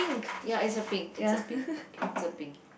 ya it's a pink it's a pink okay it's a pink